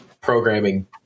programming